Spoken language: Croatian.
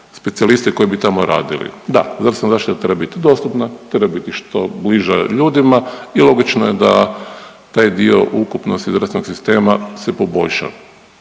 specijaliste koji bi tamo radili. Da, zdravstvena zaštita treba biti dostupna, treba biti što bliža ljudima i logično je da taj dio ukupnosti zdravstvenog sistema se poboljša,